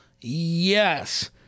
yes